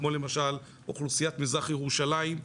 כמו למשל אוכלוסיית מזרח ירושלים,